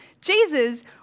Jesus